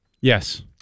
Yes